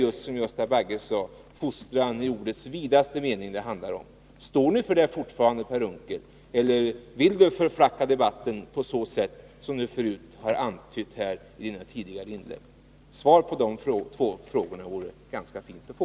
Det är, som Gösta Bagge sade, fostran i ordets vidaste mening det handlar om. Står ni för det fortfarande, Per Unckel, eller vill ni förflacka debatten på så sätt som ni förut har antytt i tidigare inlägg? Ett svar på de båda frågorna vore ganska fint att få.